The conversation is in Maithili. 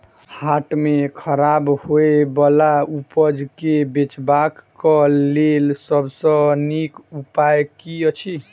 हाट मे खराब होय बला उपज केँ बेचबाक क लेल सबसँ नीक उपाय की अछि?